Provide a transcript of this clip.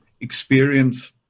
experience